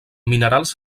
minerals